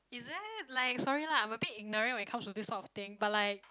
is it like sorry lah I'm a bit ignorant when it comes to this sort of thing but like